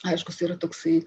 aiškus yra toksai